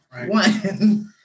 One